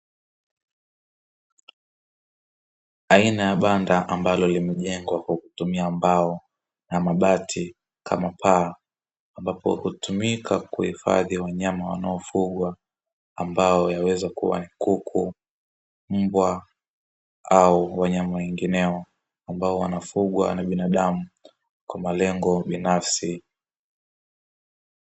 Aina ya banda ambalo limejengwa kwa kutumia mbao na mabati kama paa ambapo hutumika kuhifadhi wanyama wanaofungwa ambao waweza kuwa ni kuku, mbwa au wanyama wengineo ambao wanafugwa na binadamu kwa malengo binafsi.